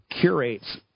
curates